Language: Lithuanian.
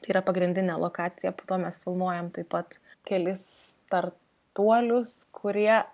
tai yra pagrindinė lokacija po to mes filmuojam taip pat kelis startuolius kurie